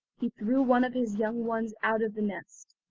he threw one of his young ones out of the nest.